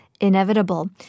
Inevitable